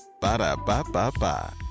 Ba-da-ba-ba-ba